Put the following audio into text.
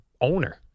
owner